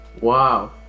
Wow